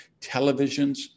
televisions